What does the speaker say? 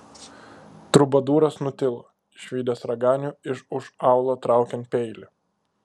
trubadūras nutilo išvydęs raganių iš už aulo traukiant peilį